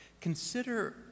consider